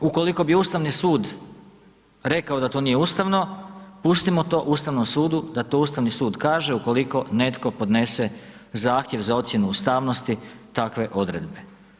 Ukoliko bi Ustavni sud rekao da to nije ustavno, pustimo to Ustavnom sudu da to Ustavni sud kaže ukoliko netko podnese zahtjev za ocjenu ustavnosti takve odredbe.